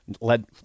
Led